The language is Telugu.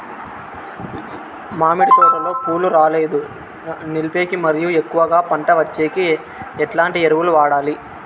మామిడి తోటలో పూలు రాలేదు నిలిపేకి మరియు ఎక్కువగా పంట వచ్చేకి ఎట్లాంటి ఎరువులు వాడాలి?